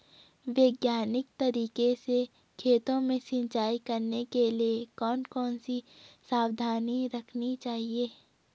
वैज्ञानिक तरीके से खेतों में सिंचाई करने के लिए कौन कौन सी सावधानी रखनी चाहिए?